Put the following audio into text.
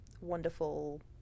wonderful